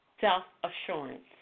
self-assurance